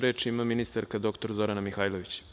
Reč ima ministarka dr Zorana Mihajlović.